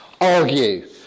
argue